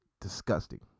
disgusting